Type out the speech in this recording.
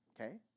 okay